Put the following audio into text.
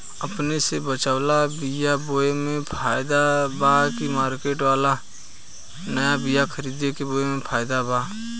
अपने से बचवाल बीया बोये मे फायदा बा की मार्केट वाला नया बीया खरीद के बोये मे फायदा बा?